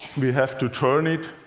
we have to turn it,